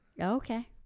Okay